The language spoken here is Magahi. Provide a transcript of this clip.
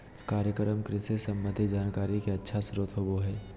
कार्यक्रम कृषि संबंधी जानकारी के अच्छा स्रोत होबय हइ